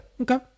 okay